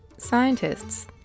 Scientists